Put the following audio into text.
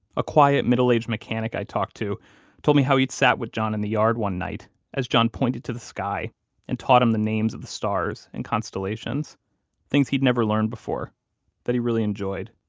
a quiet middle-aged mechanic i talked to told me how he'd sat with john in the yard one night as john pointed to the sky and taught him the names of the stars and constellations things he'd never learned before that he really enjoyed